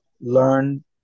learn